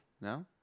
No